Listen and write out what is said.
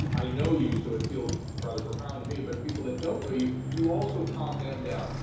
i know you, so it feels rather profound to me, but people that don't know you, you also calm them down.